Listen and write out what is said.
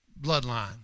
bloodline